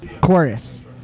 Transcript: Chorus